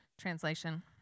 translation